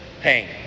pain